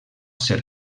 ser